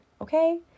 okay